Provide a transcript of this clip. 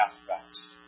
aspects